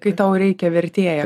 kai tau reikia vertėjo